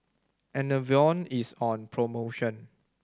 Enervon is on promotion